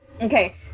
okay